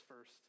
first